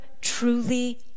truly